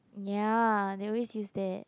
ya they always use that